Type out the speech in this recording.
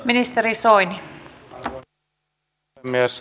arvoisa rouva puhemies